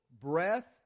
breath